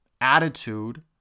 attitude